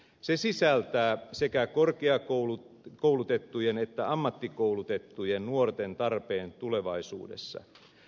se sisältää sekä korkeakoulutettujen että ammattikoulutettujen nuorten tarpeen tulevaisuudessa